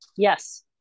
Yes